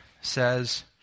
says